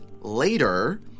later